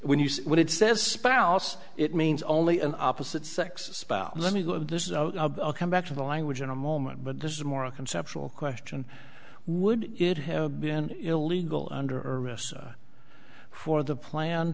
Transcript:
when you see what it says spouse it means only an opposite sex spouse let me go this is a come back to the language in a moment but this is more a conceptual question would it have been illegal under for the plan